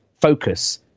focus